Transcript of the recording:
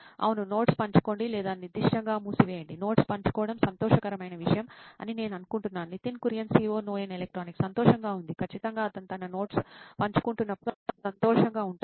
అప్పుడు నోట్స్ పంచుకోండి లేదా నిర్దిష్టంగా మూసివేయండి నోట్స్ పంచుకోవడం సంతోషకరమైన విషయం అని నేను అనుకుంటున్నాను నితిన్ కురియన్ COO నోయిన్ ఎలక్ట్రానిక్స్ సంతోషంగా ఉంది ఖచ్చితంగా అతను తన నోట్స్ పంచుకుంటున్నప్పుడు అతను సంతోషంగా ఉంటాడు